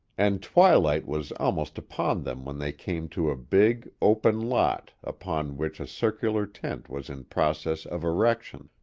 and twilight was almost upon them when they came to a big, open lot upon which a circular tent was in process of erection,